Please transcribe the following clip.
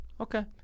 okay